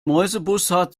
mäusebussard